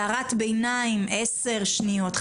הערת ביניים 10 שניות,